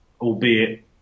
albeit